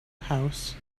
house